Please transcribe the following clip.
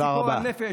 בציפור הנפש,